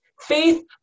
Faith